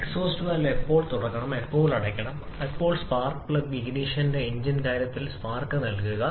exhaust valve എപ്പോൾ തുറക്കണം എപ്പോൾ അടയ്ക്കണം എപ്പോൾ സ്പാർക്ക് ഇഗ്നിഷൻ എഞ്ചിന്റെ കാര്യത്തിൽ സ്പാർക്ക് നൽകുക